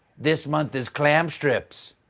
this month is clam strips.